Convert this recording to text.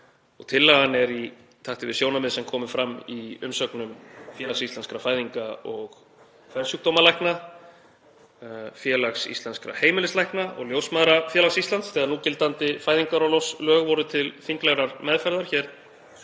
Tillagan er í takti við sjónarmið sem komu fram í umsögnum Félags íslenskra fæðinga- og kvensjúkdómalækna, Félags íslenskra heimilislækna og Ljósmæðrafélags Íslands þegar núgildandi fæðingarorlofslög voru til þinglegrar meðferðar hér